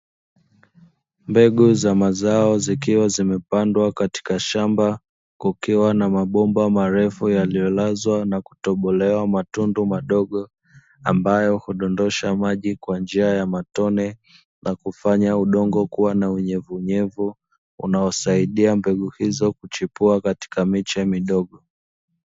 Mbegu za mazao zikiwa zimepandwa katika shamba kukiwa na mabomba marefu yaliyolazwa na kutobolewa matundu madogo, ambayo hudondosha maji kwa njia ya matone, na kufanya udongo kuwa na unyevunyevu, unaosaidia mbegu hizo kuchipua katika miche midogo.